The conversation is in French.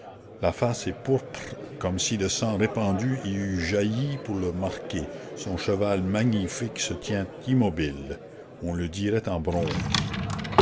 la face est pourpre comme si le sang répandu y eût jailli pour le marquer son cheval magnifique se tient immobile on le dirait en bronze